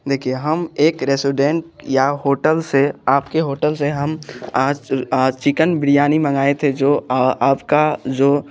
देखिए हम एक रेसोडेंट या होटल से आपके होटल से हम आज आज चिकन बिरयानी मंगाए थे जो आपका जो